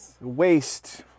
waste